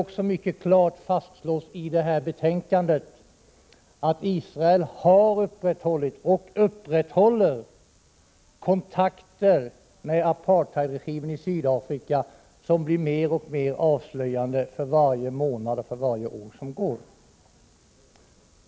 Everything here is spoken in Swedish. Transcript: I betänkandet fastslås helt klart att Israel har upprätthållit och upprätthåller kontakter med apartheidregimen i Sydafrika, vilket blir mer och mer avslöjande för varje månad och för varje vecka som går.